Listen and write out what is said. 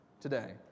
today